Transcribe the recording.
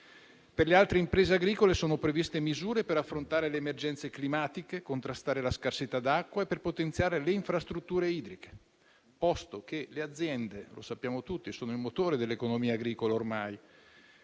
Per le altre imprese agricole sono previste misure per affrontare le emergenze climatiche, contrastare la scarsità d'acqua e potenziare le infrastrutture idriche, posto che le aziende - lo sappiamo tutti - sono ormai il motore dell'economia agricola.